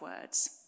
words